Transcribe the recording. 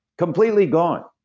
completely gone.